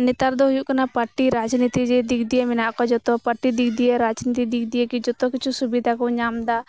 ᱱᱮᱛᱟᱨ ᱫᱚ ᱦᱩᱭᱩᱜ ᱠᱟᱱᱟ ᱯᱟᱴᱤ ᱨᱟᱡᱽᱱᱤᱛᱤ ᱫᱤᱜ ᱫᱤᱭᱮ ᱢᱮᱱᱟᱜ ᱠᱚᱣᱟ ᱡᱚᱛᱚ ᱯᱟᱹᱴᱤ ᱫᱤᱠ ᱫᱤᱭᱮ ᱨᱟᱡᱽᱱᱤᱛᱤ ᱫᱤᱠ ᱫᱤᱭᱮᱜᱤ ᱡᱚᱛᱚ ᱠᱤᱪᱷᱩ ᱥᱩᱵᱤᱫᱷᱟᱠᱩ ᱧᱟᱢᱮᱫᱟ